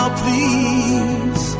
please